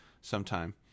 sometime